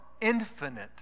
infinite